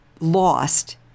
lost